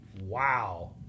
Wow